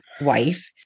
wife